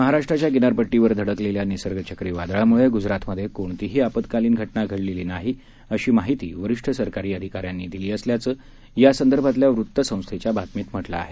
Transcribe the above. महाराष्ट्राच्या किनारपट्टीवर धडकलेल्या निसर्ग चक्रीवादळामुळे गुजरातमधे कोणतीही आपत्कालीन घटना घडलेली नाही अशी माहिती वरीष्ठ सरकारी अधिकाऱ्यांनी दिली असल्याचं यासंदर्भातल्या वृत्तसंस्थेच्या बातमीत म्हटलं आहे